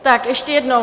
Tak ještě jednou.